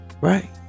Right